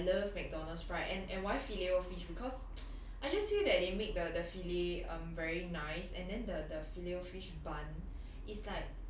ya so I I love McDonald's fries and and why filet O fish because I just feel that they made the filet um very nice and then the the filet O fish bun